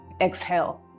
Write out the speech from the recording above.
exhale